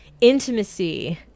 intimacy